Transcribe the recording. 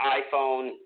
iPhone